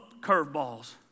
curveballs